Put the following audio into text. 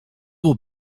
will